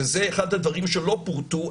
וזה אחד הדברים שלא פורטו,